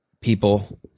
people